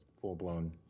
full-blown